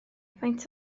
faint